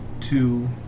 Two